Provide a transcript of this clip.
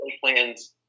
plans